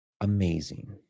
amazing